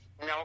No